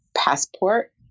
passport